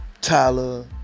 Tyler